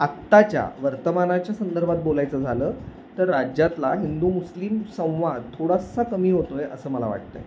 आत्ताच्या वर्तमानाच्या संदर्भात बोलायचं झालं तर राज्यातला हिंदू मुस्लिम संवाद थोडासा कमी होतो आहे असं मला वाटत आहे